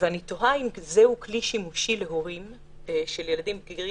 ואני תוהה אם זהו כלי שימושי להורים של ילדים בגירים,